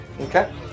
Okay